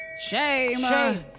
Shame